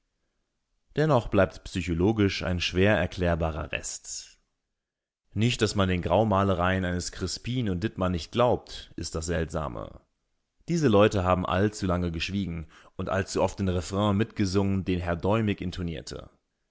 dennoch bleibt psychologisch ein schwer erklärbarer rest nicht daß man den graumalereien eines crispien und dittmann nicht glaubt ist das seltsame diese leute haben allzulange geschwiegen und allzuoft den refrain mitgesungen den herr däumig intonierte